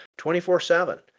24-7